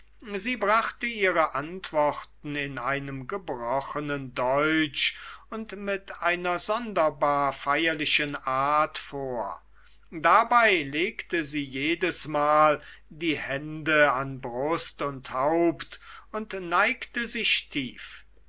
sie brachte ihre antworten in einem gebrochenen deutsch und mit einer sonderbar feierlichen art vor dabei legte sie jedesmal die hände an brust und haupt und neigte sich tief